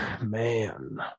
man